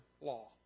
law